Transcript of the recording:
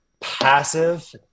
passive